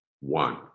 one